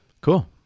Cool